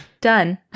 done